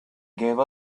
gave